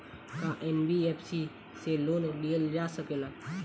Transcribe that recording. का एन.बी.एफ.सी से लोन लियल जा सकेला?